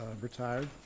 Retired